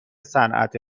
صنعت